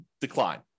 decline